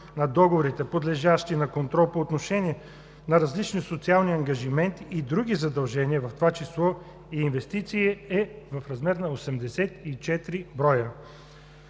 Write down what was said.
на договорите, подлежащи на контрол по отношение на различни социални ангажименти и други задължения, в това число инвестиции, е в размер на 84 броя.